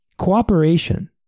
Cooperation